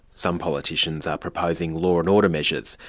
some politicians are proposing law and order measures,